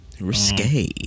Risque